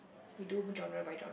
we do genre by genre